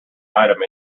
item